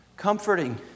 Comforting